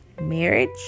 marriage